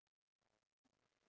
because